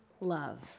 love